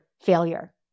failure